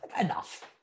Enough